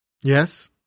Yes